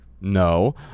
No